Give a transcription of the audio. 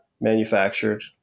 manufactured